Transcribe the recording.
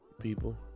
people